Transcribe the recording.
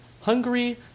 Hungary